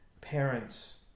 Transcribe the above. parents